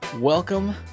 Welcome